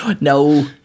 no